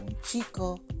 chico